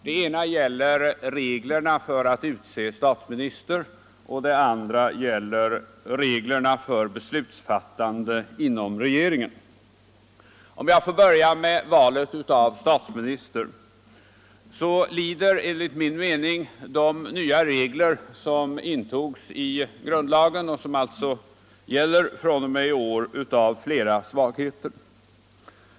Den ena gäller reglerna för att utse statsminister, den andra gäller reglerna för beslutsfattande inom regeringen. Enligt min mening lider de nya regler för val av statsminister som intogs i grundlagen, och som alltså gäller fr.o.m. i år, av flera svagheter.